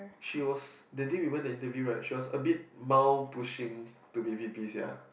she was that day we went to interview right she was a bit mild pushing to be V_P sia